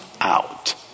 out